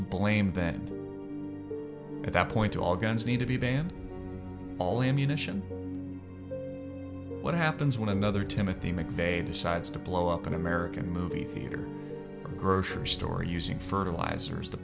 blame that at that point all guns need to be banned all ammunition what happens when another timothy mcveigh decides to blow up an american movie theater grocery store using fertilizers the